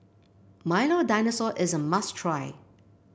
Milo Dinosaur is a must try